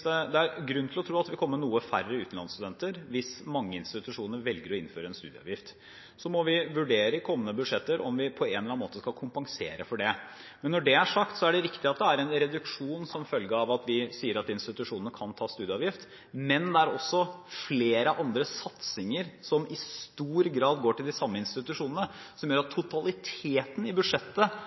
det er grunn til å tro at det vil komme noe færre utenlandsstudenter hvis mange institusjoner velger å innføre en studieavgift. Da må vi i kommende budsjetter vurdere om vi på en eller annen måte skal kompensere for det. Men når det er sagt, er det riktig at det er en reduksjon som følge av at vi sier at institusjonene kan ta studieavgift, men det er også flere andre satsinger som i stor grad går til de samme institusjonene, som gjør at totaliteten i budsjettet